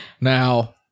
now